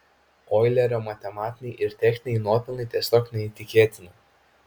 oilerio matematiniai ir techniniai nuopelnai tiesiog neįtikėtini